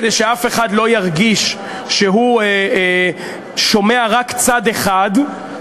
כדי שאף אחד לא ירגיש שהוא שומע רק צד אחד,